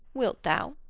wilt thou?